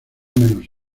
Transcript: menos